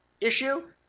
issue